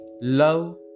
Love